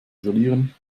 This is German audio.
isolieren